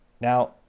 Now